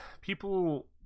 people